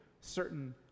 certain